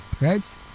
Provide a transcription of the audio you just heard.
right